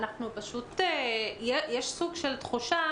יש סוג של תחושה